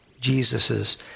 Jesus's